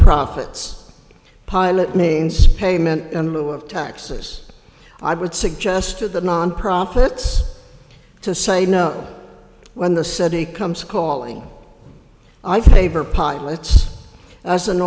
profits pilot names payment in lieu of taxes i would suggest to the non profits to say no when the city comes calling i favor pilots as an